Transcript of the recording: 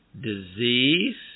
disease